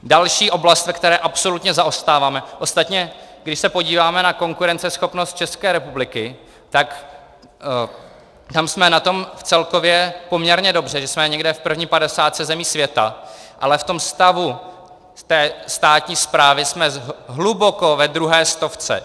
Další oblast, ve které absolutně zaostáváme, ostatně když se podíváme na konkurenceschopnost České republiky, tak tam jsme na tom celkově poměrně dobře, že jsme někde v první padesátce zemí světa, ale v tom stavu státní správy jsme hluboko ve druhé stovce.